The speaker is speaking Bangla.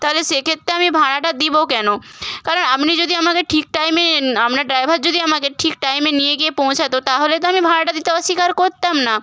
তাহলে সেক্ষেত্রে আমি ভাড়াটা দেবো কেন কারণ আপনি যদি আমাকে ঠিক টাইমে আপনার ড্রাইভার যদি আমাকে ঠিক টাইমে নিয়ে গিয়ে পৌঁছাত তাহলে তো আমি ভাড়াটা দিতে অস্বীকার করতাম না